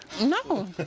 No